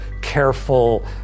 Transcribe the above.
careful